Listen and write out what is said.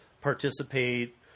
participate